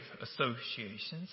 associations